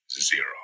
zero